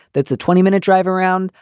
that's a twenty minute drive around.